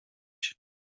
się